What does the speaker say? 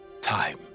time